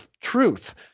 truth